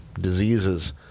Diseases